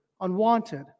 unwanted